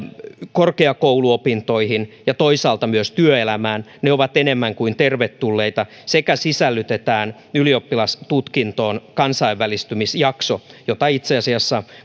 korkeakouluopintoihin ja toisaalta myös työelämään ne ovat enemmän kuin tervetulleita sekä sisällytetään ylioppilastutkintoon kansainvälistymisjakso jota itse asiassa